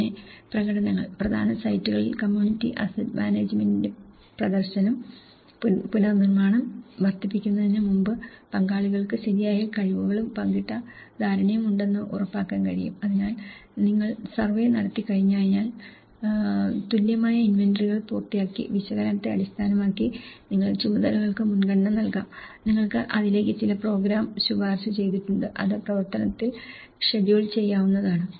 പിന്നെ പ്രകടനങ്ങൾ പ്രധാന സൈറ്റുകളിൽ കമ്മ്യൂണിറ്റി അസറ്റ് മാനേജ്മെന്റിന്റെ പ്രദർശനം പുനർനിർമ്മാണം വർദ്ധിപ്പിക്കുന്നതിന് മുമ്പ് പങ്കാളികൾക്ക് ശരിയായ കഴിവുകളും പങ്കിട്ട ധാരണയും ഉണ്ടെന്ന് ഉറപ്പാക്കാൻ കഴിയും അതിനാൽ നിങ്ങൾ സർവേ നടത്തിക്കഴിഞ്ഞാൽ നിങ്ങൾ തുല്യമായ ഇൻവെന്ററികൾ പൂർത്തിയാക്കി വിശകലനത്തെ അടിസ്ഥാനമാക്കി നിങ്ങൾ ചുമതലകൾക്ക് മുൻഗണന നൽകാം നിങ്ങൾക്ക് അതിലേക്ക് ചില പ്രോഗ്രാം ശുപാർശ ചെയ്തിട്ടുണ്ട് അത് പ്രവർത്തനത്തിൽ ഷെഡ്യൂൾ ചെയ്യാവുന്നതാണ്